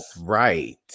right